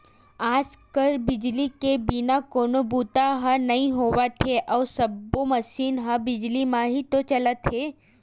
आज कल बिजली के बिना कोनो बूता ह नइ होवत हे अउ सब्बो मसीन ह बिजली म ही तो चलत हे